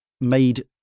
made